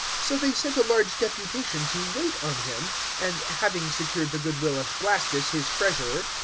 so they sent a large deputation to wait on him and having secured the good will of blastus, his treasurer,